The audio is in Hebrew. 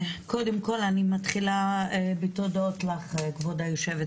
קודם כל, אני מתחילה בתודות לך, כבוד היו"ר.